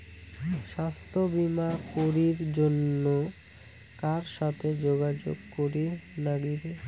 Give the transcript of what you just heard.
স্বাস্থ্য বিমা করির জন্যে কার সাথে যোগাযোগ করির নাগিবে?